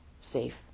safe